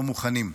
לא מוכנים.